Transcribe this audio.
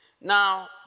Now